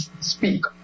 speak